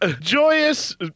Joyous